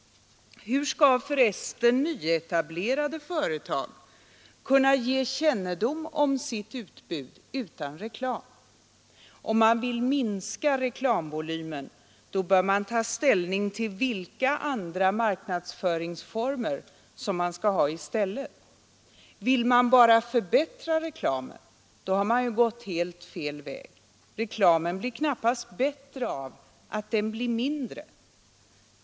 Hur skall för resten nyetablerade företag kunna sprida kännedom om sitt utbud utan reklam? Om man vill minska reklamvolymen bör man ta ställning till vilka andra marknadsföringsformer man skall ha i stället. Vill man bara förbättra reklamen, har man gått helt fel väg. Reklamen blir knappast bättre av att den blir mindre.